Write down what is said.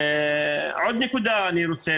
עוד נקודה אני רוצה